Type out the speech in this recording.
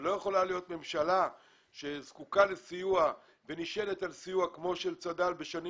ולא יכולה להיות ממשלה שזקוקה לסיוע ונשענת על סיוע כמו של צד"ל בשנים